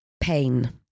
pain